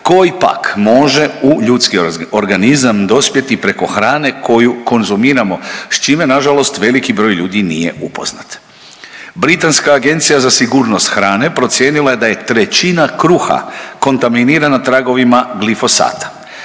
koji pak može u ljudski organizam dospjeti preko hranu koju konzumiramo, s čime nažalost veliki broj ljudi nije upoznat. Britanska agencija za sigurnost hrane procijenila je da je trećina kruha kontaminirana tragovima glifosata.